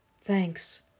Thanks